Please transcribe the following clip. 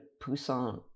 Poussin